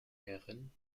herren